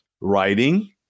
writing